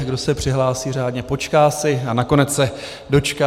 Kdo se přihlásí řádně, počká si a nakonec se dočká.